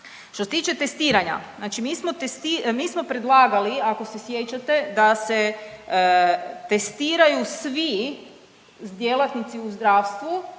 Što se tiče testiranja, znači mi smo, mi smo predlagali ako se sjećate da se testiraju svi djelatnici u zdravstvu